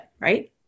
right